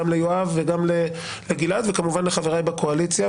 גם ליואב וגם לגלעד וכמובן לחבריי בקואליציה,